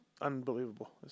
unbelievable